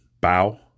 Bow